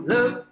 Look